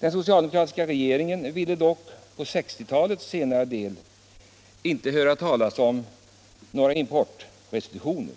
Den socialdemokratiska regeringen ville emellertid under 1960-talets senare del inte höra talas om några importrestriktioner.